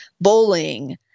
bowling